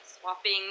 swapping